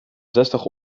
zestig